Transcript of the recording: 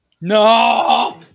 No